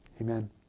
Amen